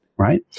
Right